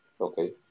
Okay